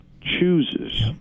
chooses